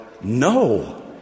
No